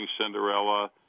Cinderella